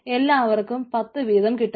എല്ലാവർക്കും 10 വീതം കിട്ടുന്നു